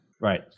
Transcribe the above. Right